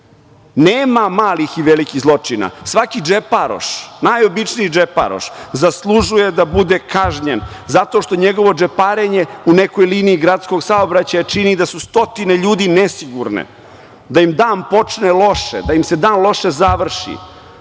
Nema malih i velikih zločina, svaki džeparoš, najobičniji džeparoš zaslužuje da bude kažnjen zato što njegovo džeparenje u nekoj liniji gradskog saobraćaja čini da su stotine ljudi nesigurne, da im dan počne loše, da im se dan loše završi,